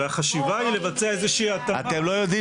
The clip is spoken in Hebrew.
והחשיבה היא לבצע איזושהי התאמה אתם לא יודעים